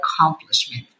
accomplishment